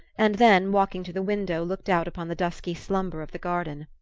and then, walking to the window, looked out upon the dusky slumber of the garden.